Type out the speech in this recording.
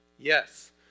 Yes